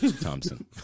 Thompson